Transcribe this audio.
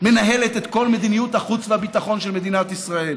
מנהלת את כל מדיניות החוץ והביטחון של מדינת ישראל.